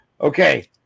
Okay